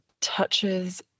touches